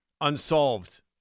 unsolved